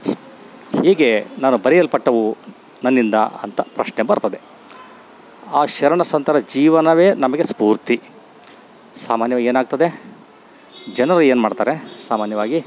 ಸ್ ಹೀಗೆ ನಾನು ಬರೆಯಲ್ಪಟ್ಟವು ನನ್ನಿಂದ ಅಂತ ಪ್ರಶ್ನೆ ಬರ್ತದೆ ಆ ಶರಣ ಸಂತರ ಜೀವನವೇ ನಮಗೆ ಸ್ಪೂರ್ತಿ ಸಾಮಾನ್ಯವಾಗಿ ಏನಾಗ್ತದೆ ಜನರು ಏನು ಮಾಡ್ತಾರೆ ಸಾಮಾನ್ಯವಾಗಿ